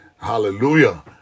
Hallelujah